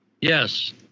Yes